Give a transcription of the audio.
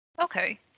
Okay